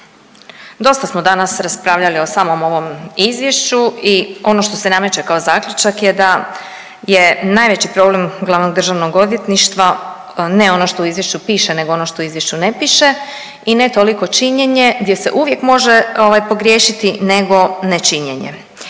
dosta smo danas raspravljali o samom ovom izvješću i ono što se nameće kao zaključak je da je najveći problem glavnog Državnog odvjetništva ne ono što u izvješću piše, nego ono što u izvješću ne piše i ne toliko činjenje gdje se uvijek može ovaj pogriješiti nego nečinjene